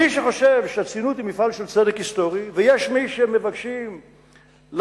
מי שחושב שהציונות היא מפעל של צדק היסטורי ויש מי שמבקשים לחסום,